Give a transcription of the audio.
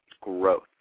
growth